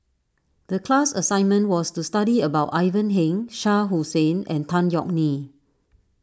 the class assignment was to study about Ivan Heng Shah Hussain and Tan Yeok Nee